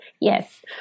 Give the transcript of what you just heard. Yes